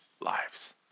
lives